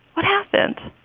what happened?